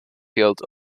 field